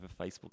Facebook